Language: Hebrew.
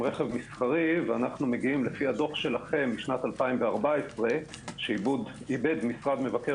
רכב מסחרי ואנו מגיעים לפי הדוח שלכם ב-2014 שעיבד משרד מבקר